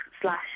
slash